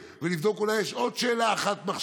וכמה עשו את זה לאחרות.